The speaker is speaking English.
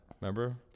remember